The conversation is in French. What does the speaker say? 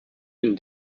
une